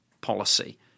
policy